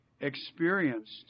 experienced